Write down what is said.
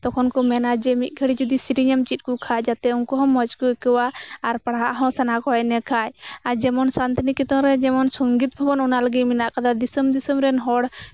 ᱛᱚᱠᱷᱚᱱ ᱠᱚ ᱢᱮᱱᱟ ᱡᱮ ᱢᱤᱫ ᱜᱷᱟᱹᱲᱤ ᱡᱚᱫᱤ ᱥᱮᱨᱮᱧ ᱮᱢ ᱪᱮᱫ ᱟᱠᱚ ᱠᱷᱟᱡ ᱡᱟᱛᱮ ᱩᱱᱠᱩ ᱦᱚᱸ ᱢᱚᱸᱡᱽ ᱠᱚ ᱟᱹᱭᱠᱟᱹᱣᱟ ᱟᱨ ᱯᱟᱲᱦᱟᱜ ᱦᱚᱸ ᱥᱟᱱᱟ ᱠᱚᱣᱟ ᱮᱱᱰᱮᱠᱷᱟᱡ ᱡᱮᱢᱚᱱ ᱥᱟᱱᱛᱤᱱᱤᱠᱮᱛᱚᱱᱨᱮ ᱥᱚᱝᱜᱤᱛ ᱵᱷᱚᱵᱚᱱ ᱚᱱᱟ ᱞᱟᱹᱜᱤᱫ ᱢᱮᱱᱟᱜ ᱠᱟᱫᱟ ᱫᱤᱥᱚᱢ ᱫᱤᱥᱚᱢ ᱨᱮᱱ ᱦᱚᱲ